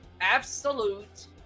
Absolute